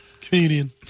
Comedian